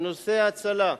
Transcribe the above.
בנושא ההצלה,